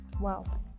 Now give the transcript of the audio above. wow